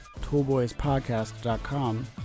toolboyspodcast.com